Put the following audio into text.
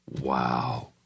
Wow